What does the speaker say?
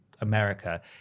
America